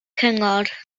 cyngor